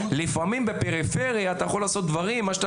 לפעמים בפריפריה אתה יכול לעשות דברים מה שאתה